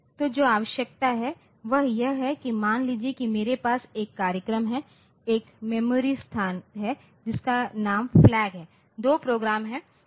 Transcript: तो जो आवश्यक है वह यह है कि यह मान लीजिए कि मेरे पास एक कार्यक्रम में एक मेमोरी स्थान है जिसका नाम फ्लैग है और दो प्रोग्राम हैं